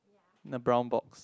in a brown box